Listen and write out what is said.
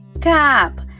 CAP